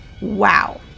wow